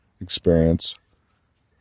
experience